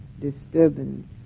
disturbance